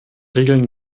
regeln